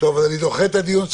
ירים את ידו.